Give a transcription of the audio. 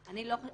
אני לא יודע